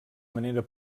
manera